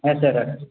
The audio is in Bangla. আচ্ছা রাখছি